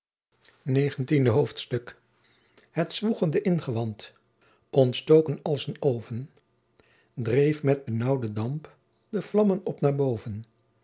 negentiende hoofdstuk het zwoegende ingewant ontstoken als een oven dreef met benaeuden damp de vlammen op naar boven